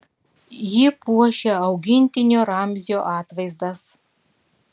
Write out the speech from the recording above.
jį puošia augintinio ramzio atvaizdas